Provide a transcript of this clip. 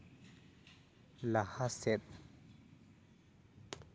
ᱞᱟᱦᱟ ᱥᱮᱫ